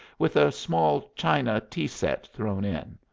with a small china tea-set thrown in.